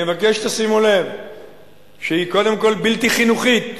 אני מבקש שתשימו לב שהיא קודם כול בלתי חינוכית